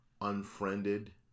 unfriended